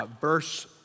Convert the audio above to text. verse